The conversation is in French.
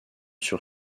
sur